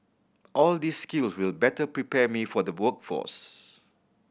all these skills will better prepare me for the workforce